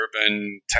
urban